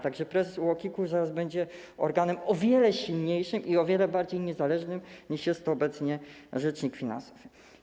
Tak że prezes UOKiK-u zaraz będzie organem o wiele silniejszym i o wiele bardziej niezależnym niż jest obecnie rzecznik finansowy.